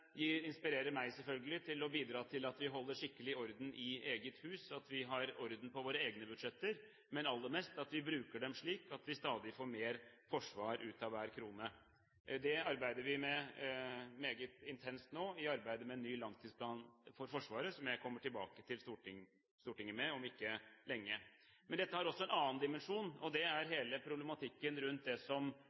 inspirerer selvfølgelig meg til å bidra til at vi holder skikkelig orden i eget hus, at vi har orden på våre egne budsjetter, men aller mest at vi bruker dem slik at vi stadig får mer forsvar ut av hver krone. Det arbeider vi meget intenst med nå. Vi arbeider med ny langtidsplan for Forsvaret, som jeg kommer tilbake til Stortinget med om ikke lenge. Men dette har også en annen dimensjon, og det er hele problematikken rundt det som